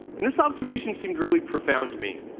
and this observation seemed really profound to me.